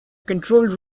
controlled